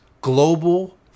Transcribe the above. Global